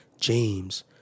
james